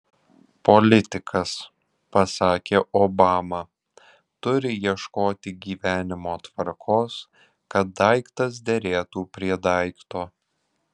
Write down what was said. politikas pasakė obama turi ieškoti gyvenimo tvarkos kad daiktas derėtų prie daikto